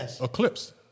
Eclipse